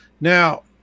now